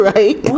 Right